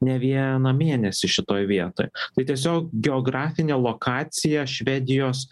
ne vieną mėnesį šitoj vietoj tai tiesiog geografinė lokacija švedijos